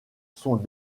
sont